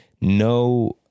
no